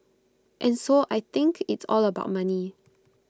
and so I think it's all about money